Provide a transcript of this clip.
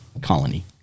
colony